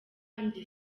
njye